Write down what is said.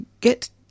get